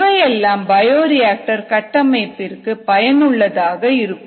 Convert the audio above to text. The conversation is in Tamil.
இவையெல்லாம் பயோரியாக்டர் கட்டமைப்பிற்கு பயனுள்ளதாக இருக்கும்